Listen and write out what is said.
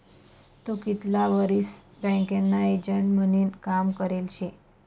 तू कितला वरीस बँकना एजंट म्हनीन काम करेल शे?